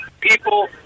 People